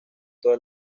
todo